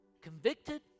convicted